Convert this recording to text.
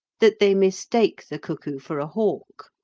that they mistake the cuckoo for a hawk.